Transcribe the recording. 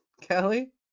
Kelly